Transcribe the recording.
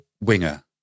winger